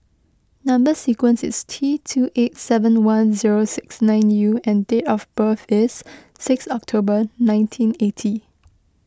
Number Sequence is T two eight seven one zero six nine U and date of birth is six October nineteen eighty